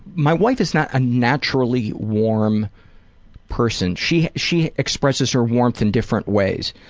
my wife is not a naturally warm person. she she expresses her warmth in different ways